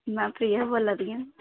मैं प्रिया बोल्लै दी आं